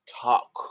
talk